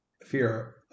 fear